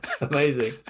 Amazing